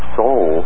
soul